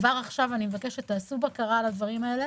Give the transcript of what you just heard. כבר עכשיו אני מבקשת שתעשו בקרה על הדברים האלה